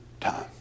time